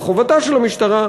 וחובתה של המשטרה,